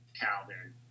Calvin